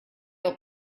old